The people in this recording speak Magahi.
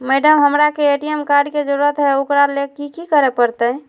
मैडम, हमरा के ए.टी.एम कार्ड के जरूरत है ऊकरा ले की की करे परते?